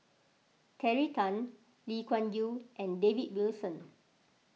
Terry Tan Lee Kuan Yew and David Wilson